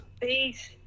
Peace